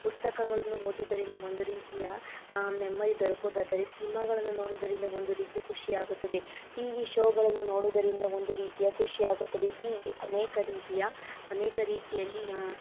ಪುಸ್ತಕಗಳನ್ನು ಓದೋದರಿಂದ ಒಂದು ರೀತಿಯ ನೆಮ್ಮದಿ ದೊರಕೋದಾದರೆ ಸಿನಿಮಾಗಳನ್ನು ನೋಡೋದರಿಂದ ಒಂದು ರೀತಿಯ ಖುಷಿಯಾಗುತ್ತದೆ ಟಿವಿ ಶೋಗಳನ್ನು ನೋಡೋದರಿಂದ ಒಂದು ರೀತಿಯ ಖುಷಿಯಾಗುತ್ತದೆ ಹೀಗೆ ಅನೇಕ ರೀತಿಯ ಅನೇಕ ರೀತಿಯಲ್ಲಿ